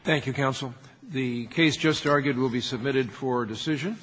thank you counsel the case just argued will be submitted for decision